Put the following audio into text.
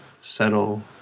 settle